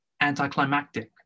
anticlimactic